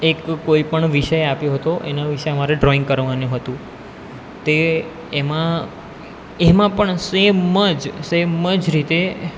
એક કોઈ પણ વિષય આપ્યો હતો એના વિષે અમારે ડ્રોઈંગ કરવાનું હતું તે એમાં એમાં પણ સેમ જ સેમ જ રીતે